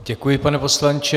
Děkuji, pane poslanče.